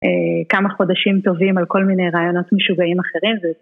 כמה חודשים טובים על כל מיני רעיונות משוגעים אחרים.